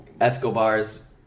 Escobar's